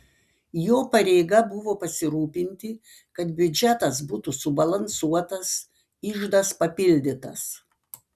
jo pareiga buvo pasirūpinti kad biudžetas būtų subalansuotas iždas papildytas